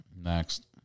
next